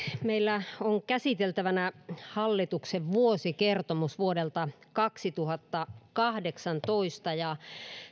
meillä on käsiteltävänä hallituksen vuosikertomus vuodelta kaksituhattakahdeksantoista ja